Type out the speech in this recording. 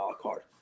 card